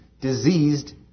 diseased